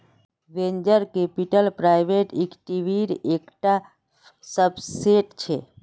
venture capital private इक्विटीर एक टा सबसेट छे